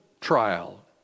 trial